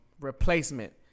replacement